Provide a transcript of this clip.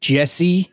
Jesse